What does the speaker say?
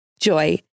JOY